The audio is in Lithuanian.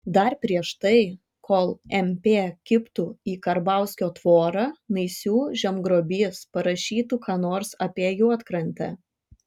dar prieš tai kol mp kibtų į karbauskio tvorą naisių žemgrobys parašytų ką nors apie juodkrantę